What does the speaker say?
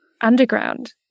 underground